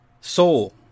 Soul